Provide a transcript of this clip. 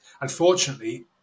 unfortunately